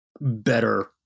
better